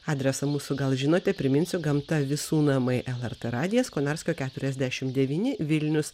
adresą mūsų gal žinote priminsiu gamta visų namai lrt radijas konarskio keturiasdešim devyni vilnius